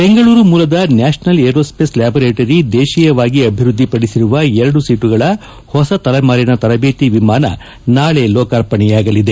ಬೆಂಗಳೂರು ಮೂಲದ national aerospace laboratory ದೇತೀಯವಾಗಿ ಅಭಿವ್ಯದ್ಧಿಪಡಿಸಿರುವ ಎರಡು ಸೀಟುಗಳ ಹೊಸ ತಲೆಮಾರಿನ ತರಬೇತಿ ವಿಮಾನ ನಾಳೆ ಲೋಕಾರ್ಪಣೆಯಾಗಲಿದೆ